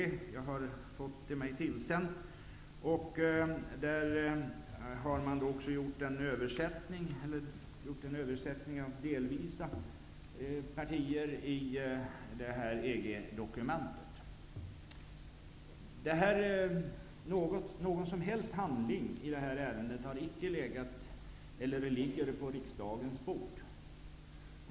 Jag har fått mig denna tillsänd. Man har gjort en översättning av vissa av partierna i EG dokumentet. Det har inte funnits och finns ingen handling i detta ärende på riksdagens bord.